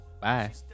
Bye